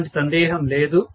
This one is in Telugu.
ఎటువంటి సందేహం లేదు